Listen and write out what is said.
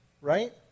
Right